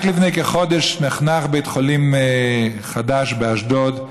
רק לפני כחודש נחנך בית חולים חדש באשדוד,